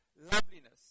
loveliness